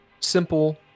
simple